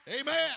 Amen